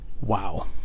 wow